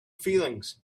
feelings